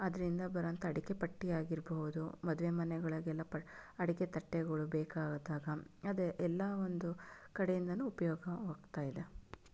ಅದರಿಂದ ಬರೋವಂಥ ಅಡಿಕೆ ಪಟ್ಟಿಯಾಗಿರಬಹದು ಮದ್ವೆ ಮನೆಗಳಿಗೆಲ್ಲಾ ಪ ಅಡಿಕೆ ತಟ್ಟೆಗಳು ಬೇಕಾದಾಗ ಅದೇ ಎಲ್ಲ ಒಂದು ಕಡೆಯಿಂದಾನು ಉಪಯೋಗವಾಗ್ತಾ ಇದೆ